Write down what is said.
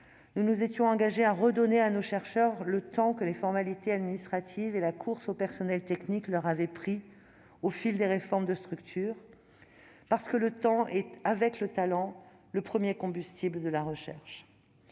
Nous nous étions engagés à redonner à nos chercheurs le temps que les formalités administratives et la course aux personnels techniques leur avaient confisqué au fil des réformes de structures, parce que le temps est, avec le talent, le premier combustible de la recherche.